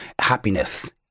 happiness